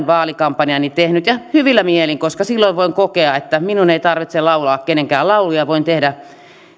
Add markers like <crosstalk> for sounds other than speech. <unintelligible> vaalikampanjansa tehnyt kuten itsekin ja hyvillä mielin koska silloin voin kokea että minun ei tarvitse laulaa kenenkään lauluja voin tehdä